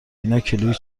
ایناکیلویی